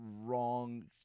wrong